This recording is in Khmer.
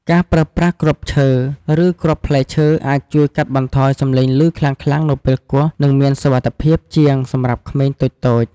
ការប្រើប្រាស់គ្រាប់ឈើ ឬគ្រាប់ផ្លែឈើអាចជួយកាត់បន្ថយសំឡេងឮខ្លាំងៗនៅពេលគោះ និងមានសុវត្ថិភាពជាងសម្រាប់ក្មេងតូចៗ។